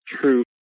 true